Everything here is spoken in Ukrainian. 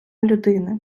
людини